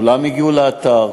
כולם הגיעו לאתר,